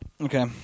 Okay